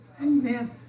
amen